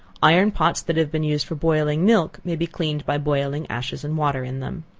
iron pots that have been used for boiling milk, may be cleaned by boiling ashes and water in them.